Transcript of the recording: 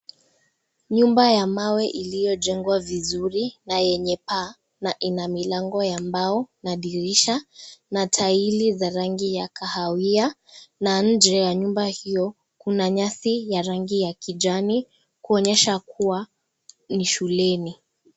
Nyumba ya mawe iliyojengwa vizuri na yenye paa na ina milango ya mbao na dirisha na taili za rangi ya kahawia na nje ya nyumba hiyo kuna nyasi ya rangi ya kijani kuonyesha kuwa ni shuleni.